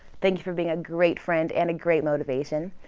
thanks for being a great friend and a great motivation.